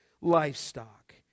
livestock